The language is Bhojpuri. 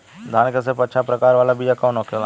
धान के सबसे अच्छा प्रकार वाला बीया कौन होखेला?